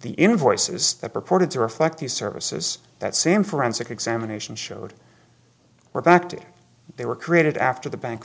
the invoices that purported to reflect the services that same forensic examination showed we're back to they were created after the bank